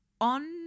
On